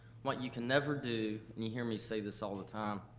what you can never do, and you hear me say this all the time,